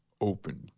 Open